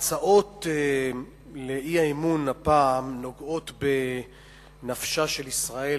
ההצעות לאי-אמון הפעם נוגעות בנפשה של ישראל,